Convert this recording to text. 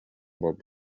буолла